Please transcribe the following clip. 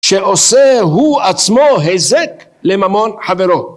שעושה הוא עצמו היזק לממון חברו